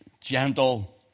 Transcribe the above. gentle